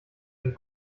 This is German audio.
den